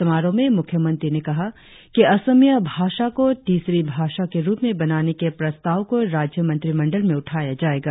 समारोह में मुख्य मंत्री ने कहा कि असमिया भाषा को तीसरी भाषा के रुप में बनाने के प्रस्ताव को राज्य मंत्रिमंडल में उठाया जाएगा